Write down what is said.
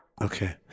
Okay